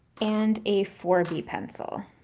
and a four b pencil.